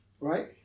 right